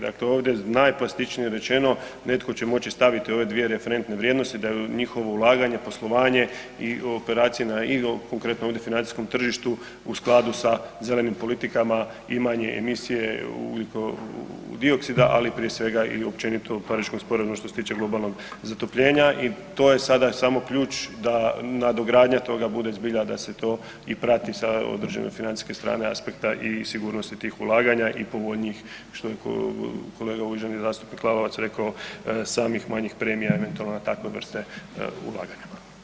Dakle, ovdje najplastičnije rečeno, netko će moći staviti ove dvije referentne vrijednosti, da njihovo ulaganje, poslovanje i operacije na i, konkretno ovdje financijskom tržištu u skladu sa zelenim politikama i manje emisije ugljikovog dioksida, ali prije svega i općenito u Pariškom sporazumu, što se tiče globalnog zatopljenja i to je sada samo ključ da nadogradnja toga bude zbilja da se to i prati sa određene financijske strane aspekta i sigurnosti tih ulaganja i povoljnijih, što je kolega, uvaženi zastupnik Lalovac rekao, samih manjih premija eventualno na takve vrste ulaganja.